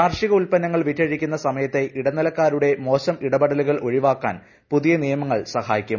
കാർഷിക ഉൽപ്പന്നങ്ങൾ വിറ്റഴിക്കുന്ന സമയത്തെ ഇടനിലക്കാരുടെ മോശം ഇടപെടലുകൾ ഒഴിവാക്കാൻ പുതിയ നിയമങ്ങൾ സഹായിക്കും